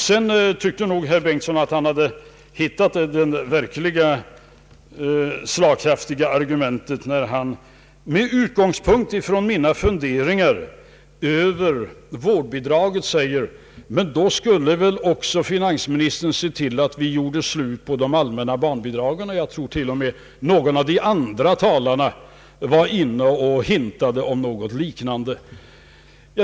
Herr Bengtson trodde nog att han hade funnit det verkligt slagkraftiga argumentet när han med utgångspunkt i mina funderingar över vårdbidraget säger: ”Men då skulle väl också finansministern se till att vi gör slut på de allmänna barnbidragen” — jag tror till och med någon annan ledamot från oppositionen var uppe och hintade om någonting liknande.